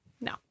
No